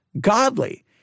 godly